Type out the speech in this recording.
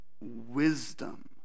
wisdom